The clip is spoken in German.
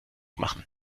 machen